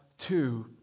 Two